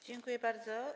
Dziękuję bardzo.